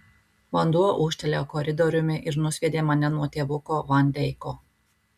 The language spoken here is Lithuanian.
vanduo ūžtelėjo koridoriumi ir nusviedė mane nuo tėvuko van deiko